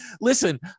Listen